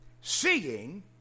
seeing